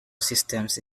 systems